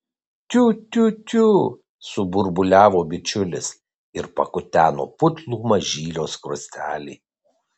tiu tiu tiu suburbuliavo bičiulis ir pakuteno putlų mažylio skruostelį